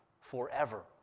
forever